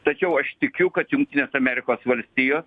tačiau aš tikiu kad jungtinės amerikos valstijos